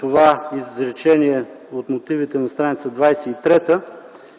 това изречение от мотивите на стр. 23